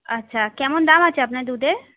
আচ্ছা আচ্ছা কেমন দাম আছে আপনার দুধের